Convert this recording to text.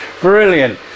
Brilliant